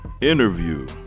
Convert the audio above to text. interview